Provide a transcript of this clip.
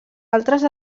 altres